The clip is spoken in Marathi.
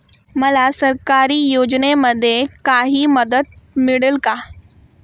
मला सरकारी योजनेमध्ये काही मदत मिळेल का?